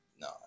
No